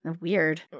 weird